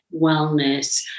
wellness